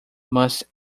must